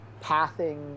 pathing